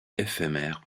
éphémère